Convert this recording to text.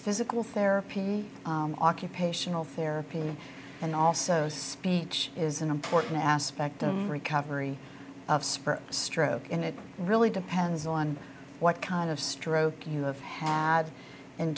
physical therapy occupational therapy and also speech is an important aspect of recovery of spur stroke and it really depends on what kind of stroke you have have in